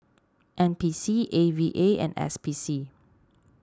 N P C A V A and S P C